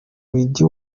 mujyi